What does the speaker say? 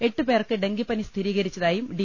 എട്ട് പേർക്ക് ഡെങ്കിപ്പനി സ്ഥിരീകരിച്ചതായും ഡി